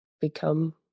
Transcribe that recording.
become